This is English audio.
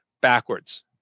backwards